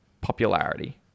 popularity